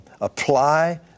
apply